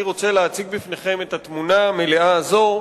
אני רוצה להציג בפניכם את התמונה המלאה הזאת,